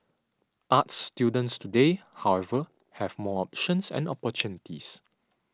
arts students today however have more options and opportunities